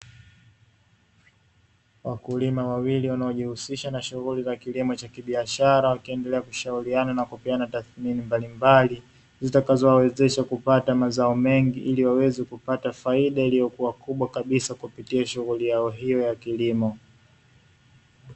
Wakulima wawili wanaojihusisha na shughuli za kilimo cha kibiashara, wakiendelea kushauriana na kupeana tathimini mbalimbali zitakazo wawezesha kupata mazao mengi, ili waweze kupata faida iliyokuwa kubwa kabisa kupitia shughuli yao hiyo ya kilimo.